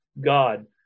God